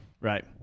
Right